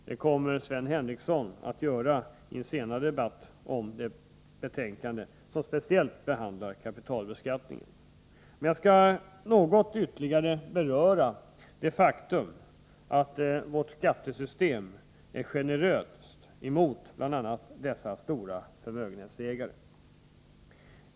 Det kommer Sven Henricsson att göra i debatten om nästa betänkande, som speciellt behandlar frågan om kapitalbeskattningen. Jag skall bara något ytterligare beröra det faktum att vårt skattesystem är generöst mot bl.a. ägarna av dessa stora förmögenheter.